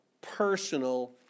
personal